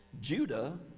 Judah